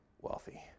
wealthy